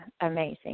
amazing